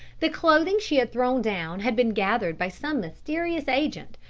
the clothing she had thrown down had been gathered by some mysterious agent,